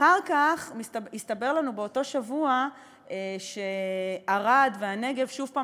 אחר כך הסתבר לנו באותו שבוע שערד והנגב שוב על